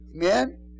Amen